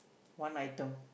one item